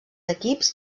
equips